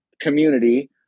community